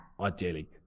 ideally